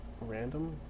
random